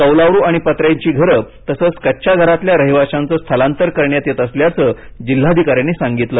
कौलारू आणि पत्र्यांची घरं तसंच कच्च्या घरांतल्या रहिवाशांचं स्थलांतर करण्यात येत असल्याचं जिल्हाधिकाऱ्यांनी सांगितलं